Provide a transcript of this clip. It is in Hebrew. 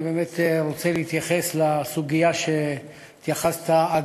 אני ארצה להתייחס לסוגיה שהתייחסת אליה